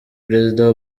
perezida